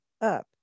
up